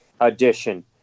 edition